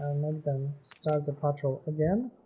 then start the patrol again